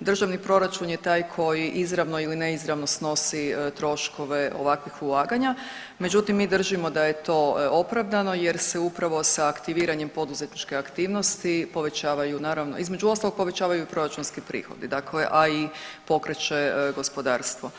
državni proračun je taj koji izravno ili neizravno snosi troškove ovakvih ulaganja, međutim, mi držimo da je to opravdano jer se upravo sa aktiviranjem poduzetničke aktivnosti povećavaju naravno, između ostalog povećavaju proračunski prihodi, dakle, a i pokreće gospodarstvo.